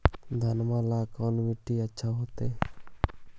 घनमा ला कौन मिट्टियां अच्छा होतई?